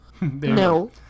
No